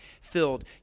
filled